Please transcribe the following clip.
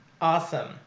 Awesome